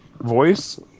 voice